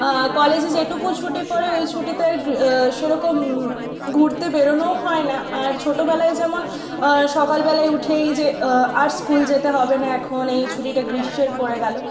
কলেজে যেটুকু ছুটি পড়ে ওই ছুটিতে সেরকম ঘুরতে বেরোনোও হয় না আর ছোটবেলায় যেমন সকালবেলায় উঠেই যে আর স্কুল যেতে হবে না এখন এই ছুটিটা গ্রীষ্মের পড়ে গেল